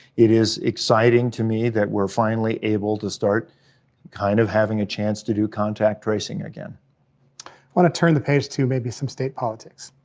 it is exciting to me that we're finally able to start kind of having a chance to do contact tracing again. i wanna turn the page to maybe some state politics.